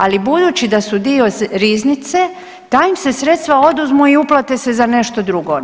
Ali budući da su dio riznice ta im se sredstva oduzmu i uplate se za nešto drugo.